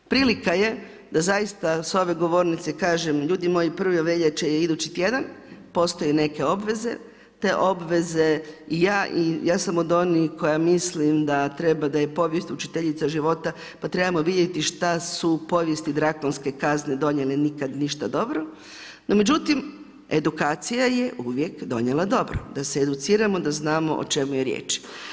Prilika je da zaista s ove govornice kažem, ljudi moji 1. veljače je idući tjedan, postoje neke obveze, te obveze ja sam od onih koja mislim da treba da je povijest učiteljica života pa trebamo vidjeti šta su u povijesti drakonske kazne donijele nikad ništa dobro, no međutim edukacija je uvijek donijela dobro, da se educiramo da znamo o čemu je riječ.